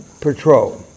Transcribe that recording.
patrol